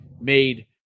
made